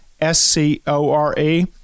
s-c-o-r-e